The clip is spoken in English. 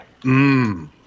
Mmm